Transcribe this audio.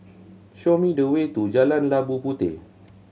show me the way to Jalan Labu Puteh